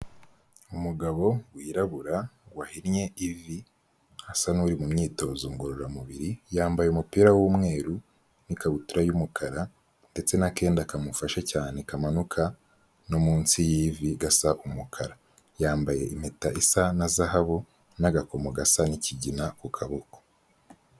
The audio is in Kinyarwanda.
Umugabo wirabura wahinnye ivi asa n'uri mu myitozo ngororamubiri, yambaye umupira w'umweru n'ikabutura y'umukara ndetse n'akenda kamufasha cyane kamanuka no munsi y'ivi gasa umukara. Yambaye impeta isa na zahabu n'agakomo gasa nk'ikigina ku kaboko.